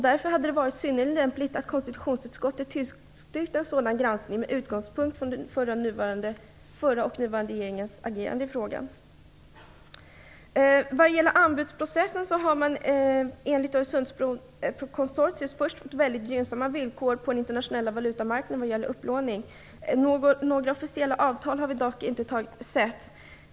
Därför hade det varit synnerligen lämpligt att konstitutionsutskottet hade tillstyrkt en sådan granskning med utgångspunkt i den förra och den nuvarande regeringens agerande i frågan. Vad gäller anbudsprocessen har man enligt Öresundsbrokonsortiet först och främst mycket gynnsamma upplåningsvillkor på den internationella valutamarknaden. Några avtal har vi dock inte sett.